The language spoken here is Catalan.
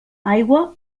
aigua